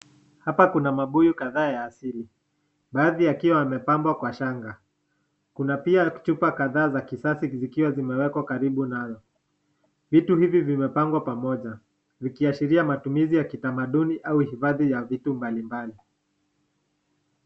Hapa kuna mabuyu kadhaa ya asili, baadhi yakiwa yamepambwa kwa shanga. Kuna pia chupa kadhaa za kisasa zikiwa zimewekwa karibu nayo. Vitu hivi vimepangwa pamoja, vikiashiria matumizi ya kitamaduni au hifadhi ya vitu mbalimbali.